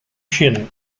chine